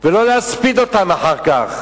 ולא להספיד אותם אחר כך.